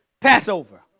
Passover